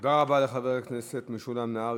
תודה רבה לחבר הכנסת משולם נהרי.